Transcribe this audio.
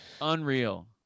Unreal